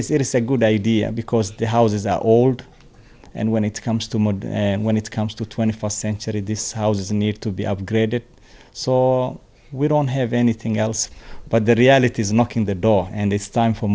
way it is a good idea because the houses are old and when it comes to money when it comes to twenty first century this house is in need to be upgraded saw we don't have anything else but the reality is knocking the door and it's time for